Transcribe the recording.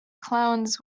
clowns